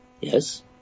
Yes